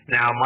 Now